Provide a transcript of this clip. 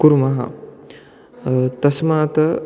कुर्मः तस्मात्